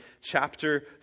chapter